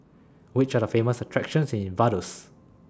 Which Are The Famous attractions in Vaduz